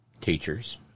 teachers